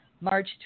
March